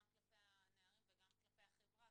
גם כלפי הנערים וגם כלפי החברה,